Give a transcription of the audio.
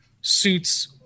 suits